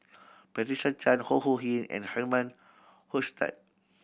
Patricia Chan Ho Ho Ying and Herman Hochstadt